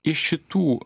iš šitų